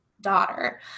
daughter